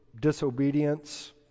disobedience